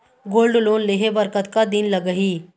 Gold loan लेहे बर कतका दिन लगही?